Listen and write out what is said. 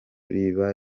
riba